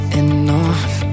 enough